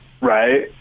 Right